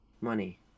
money